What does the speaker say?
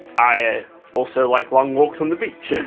i also like long walks on the beach.